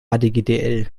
hdgdl